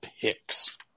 picks